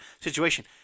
situation –